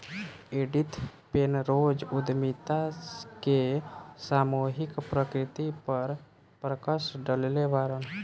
Edith Penrose उद्यमिता के सामूहिक प्रकृति पर प्रकश डलले बाड़न